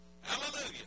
Hallelujah